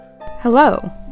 Hello